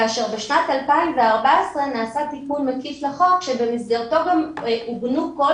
כאשר בשנת 2014 נעשה תיקון מקיף לחוק שבמסגרתו גם עוגנו כל